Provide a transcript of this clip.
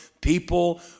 People